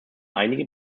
einige